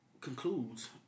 concludes